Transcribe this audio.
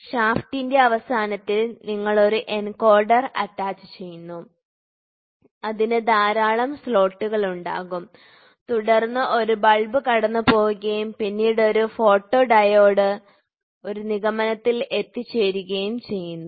ഷാഫ്റ്റിന്റെ അവസാനത്തിൽ നിങ്ങൾ ഒരു എൻകോഡർ അറ്റാച്ചുചെയ്യുന്നു അതിന് ധാരാളം സ്ലോട്ടുകൾ ഉണ്ടാകും തുടർന്ന് ഒരു ബൾബ് കടന്നുപോവുകയും പിന്നീട് ഒരു ഫോട്ടോഡയോഡ് ഒരു നിഗമനത്തിൽ എത്തുകയും ചെയ്യുന്നു